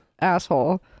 asshole